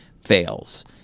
fails